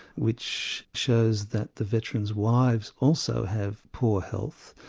which shows that the veterans' wives also have poor health,